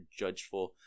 judgeful